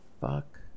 fuck